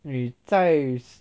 你在